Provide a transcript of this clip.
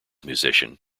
musician